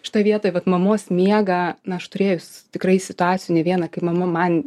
šitoj vietoj vat mamos miegą na aš turėjus tikrai situacijų ne vieną kaip mama man